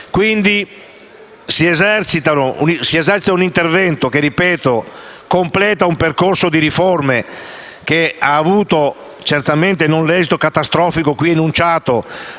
quindi un intervento che, ripeto, completa un percorso di riforme che non ha avuto certamente l'esito catastrofico qui enunciato,